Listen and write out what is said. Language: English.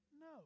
No